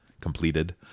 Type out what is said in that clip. completed